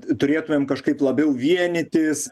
turėtumėm kažkaip labiau vienytis